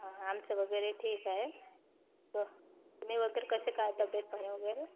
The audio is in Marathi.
हां आमचं वगैरे ठीक आहे त तुम्ही वगैरे कसे काय तब्येतपाणी वगैरे